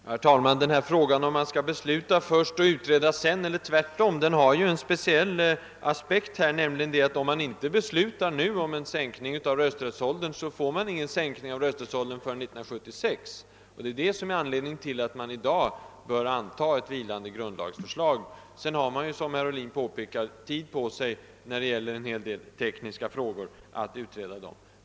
Herr talman! Frågan huruvida man skall besluta först och utreda sedan eller tvärtom har här en speciell aspekt, nämligen den att om vi inte beslutar nu om en sänkning av rösträttsåldern, så blir det heller ingen sänkning förrän tidigast 1976. Det är det som är anledningen till att vi i dag bör anta ett vilande grundlagsförslag. Som herr Ohlin påpekade finns det ju sedan tid tillräckligt för att utreda en del tekniska frågor.